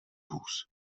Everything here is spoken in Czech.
vůz